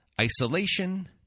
isolation